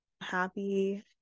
happy